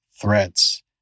threats